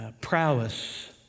prowess